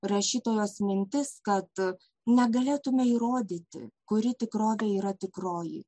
rašytojos mintis kad negalėtume įrodyti kuri tikrovė yra tikroji